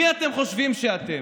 מי אתם חושבים שאתם?